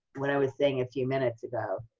what i was saying a few minutes ago,